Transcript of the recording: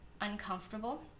uncomfortable